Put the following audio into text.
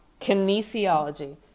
kinesiology